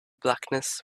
blackness